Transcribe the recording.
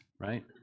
right